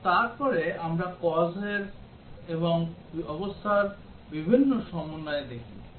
এবং তারপর আমরা cause এবং অবস্থার বিভিন্ন সমন্বয় দেখি